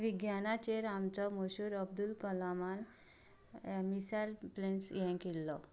विज्ञानाचेर आमचो मशहूर अब्दूल कलामान मिसायल प्लेन्स ये केल्लो